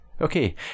Okay